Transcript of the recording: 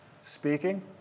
speaking